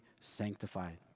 sanctified